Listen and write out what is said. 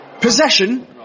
Possession